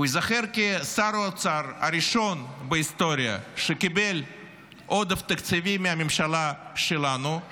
הוא ייזכר כשר האוצר הראשון בהיסטוריה שקיבל עודף תקציבי מהממשלה שלנו,